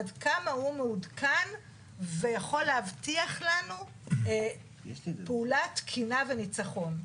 עד כמה הוא מעודכן ויכול להבטיח לנו פעולה תקינה וניצחון.